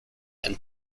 and